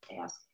ask